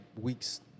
weeks